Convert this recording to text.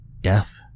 Death